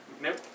Nope